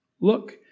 Look